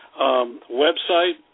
website